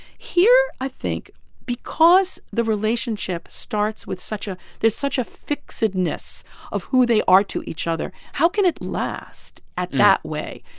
here, i think because the relationship starts with such a there's such a fixedness of who they are to each other, how can it last at that way?